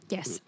Yes